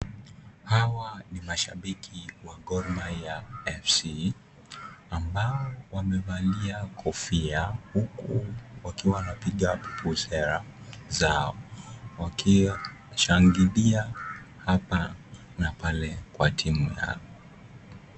Hawa ni mashabiki wa Gor Mahia FC ambao wamevalia kofia huku wakiwa wanapiga busera zao wakiwashangilia hapa na pale kwa timu yao.